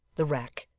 the rack,